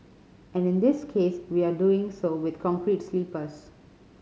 and in this case we are doing so with concrete sleepers